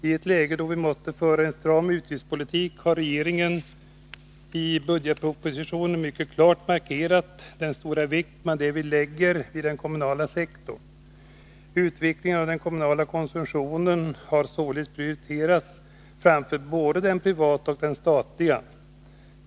I ett läge då vi måste föra en stram utgiftspolitik har regeringen i budgetpropositionen mycket klart markerat den stora vikt man lägger vid den kommunala sektorn. Utvecklingen av den kommunala konsumtionen har sålunda prioriterats framför både den privata och den statliga.